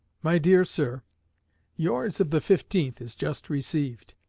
my dear sir yours of the fifteenth is just received.